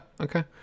okay